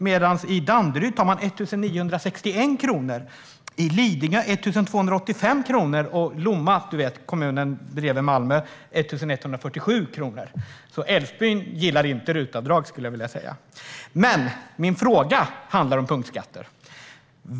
Men i Danderyd är det 1 961 kronor, i Lidingö 1 285 kronor och i Lomma, kommunen bredvid Malmö, 1 147 kronor. Älvsbyn gillar inte RUT-avdrag, skulle jag vilja säga. Men min fråga handlar om punktskatter.